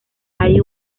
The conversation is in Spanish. hay